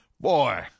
boy